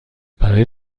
برای